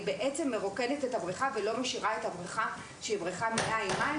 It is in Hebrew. צריך לרוקן את הבריכה ולא משאירה אותה עם מים,